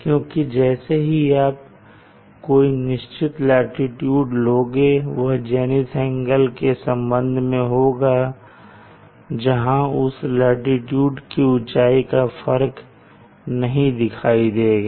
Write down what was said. क्योंकि जैसे ही आप कोई निश्चित लाटीट्यूड लोगे वह जेनिथ एंगल के संबंध में होगा जहां उस लाटीट्यूड की ऊंचाई का फर्क नहीं दिखाई देगा